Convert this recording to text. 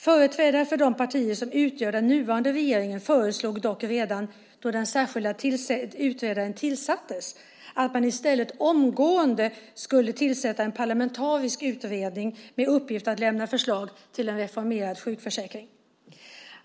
Företrädare för de partier som utgör den nuvarande regeringen föreslog dock redan då den särskilda utredaren tillsattes att man i stället omgående skulle tillsätta en parlamentarisk utredning med uppgift att lämna förslag till en reformerad sjukförsäkring.